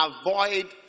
avoid